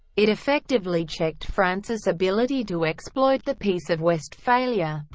it effectively checked france's ability to exploit the peace of westphalia.